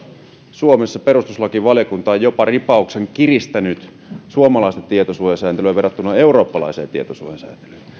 suomessa perustuslakivaliokunta on jopa ripauksen kiristänyt suomalaista tietosuojasääntelyä verrattuna eurooppalaiseen tietosuojasääntelyyn